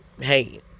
Hey